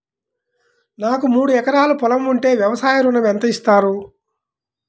నాకు మూడు ఎకరాలు పొలం ఉంటే వ్యవసాయ ఋణం ఎంత ఇస్తారు?